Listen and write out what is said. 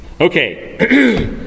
okay